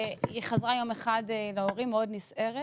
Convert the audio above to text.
היא חזרה יום אחד להורים מאוד נסערת